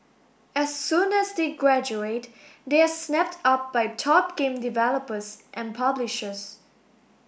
as soon as they graduate they are snapped up by top game developers and publishers